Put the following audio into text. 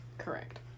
Correct